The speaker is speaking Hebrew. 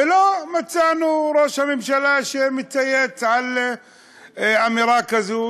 ולא מצאנו שראש הממשלה מצייץ על אמירה כזו,